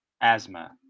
asthma